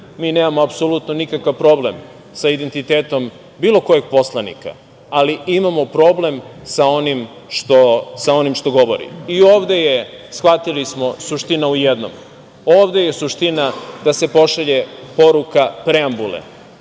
mi nemamo apsolutno nikakav problem sa identitetom bilo kog poslanika, ali imamo problem sa onim što govori. I ovde je, shvatili smo, suština u jednom. Ovde je suština da se pošalje poruka preambule.